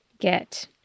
get